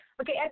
Okay